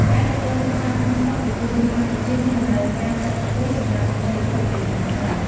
ការលក់ដូរនៅផ្សារក្នុងស្រុកប្រជាជនកម្ពុជាមានតម្រូវការផ្សិតខ្ពស់សម្រាប់បរិភោគប្រចាំថ្ងៃ។